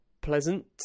pleasant